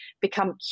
become